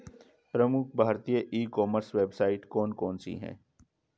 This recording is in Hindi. प्रमुख भारतीय ई कॉमर्स वेबसाइट कौन कौन सी हैं?